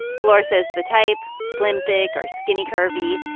flor says the type, slim-thick or skinny-curvy,